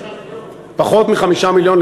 פחות מ-5 מיליון?